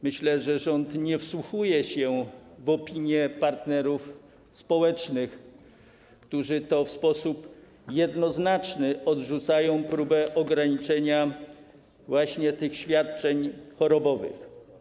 Myślę, że rząd nie wsłuchuje się w opinie partnerów społecznych, którzy w sposób jednoznaczny odrzucają próbę ograniczenia właśnie świadczeń chorobowych.